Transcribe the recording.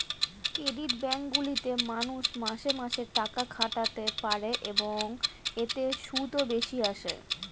credit bank গুলিতে মানুষ মাসে মাসে টাকা খাটাতে পারে, এবং এতে সুদও বেশি আসে